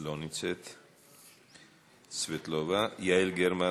קסניה סבטלובה, אינה נוכחת, יעל גרמן,